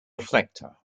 reflector